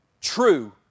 true